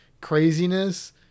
craziness